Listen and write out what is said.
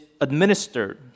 administered